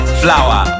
flower